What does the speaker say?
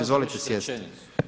Izvolite sjesti.